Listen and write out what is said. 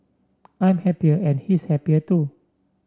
I'm happier and he's happier too